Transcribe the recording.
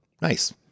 nice